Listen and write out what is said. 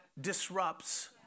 disrupts